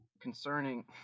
concerning